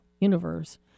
universe